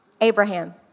Abraham